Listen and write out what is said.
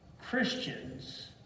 Christians